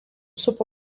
supa